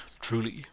Truly